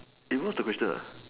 eh what's the question ah